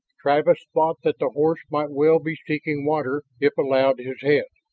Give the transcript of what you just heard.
travis thought that the horse might well be seeking water if allowed his head.